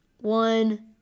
one